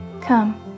Come